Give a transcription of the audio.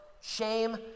shame